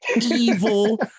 evil